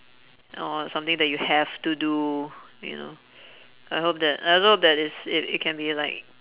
or something that you have to do you know I hope that I also hope that it's i~ it can be like